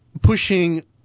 pushing